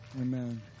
Amen